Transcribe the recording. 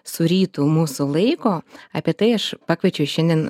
surytų mūsų laiko apie tai aš pakviečiau šiandien